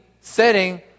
setting